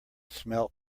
smelt